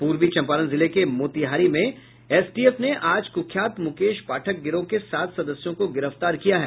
पूर्वी चम्पारण जिले के मोतिहारी में एसटीएफ ने आज कुख्यात मुकेश पाठक गिरोह के सात सदस्यों को गिरफ्तार किया है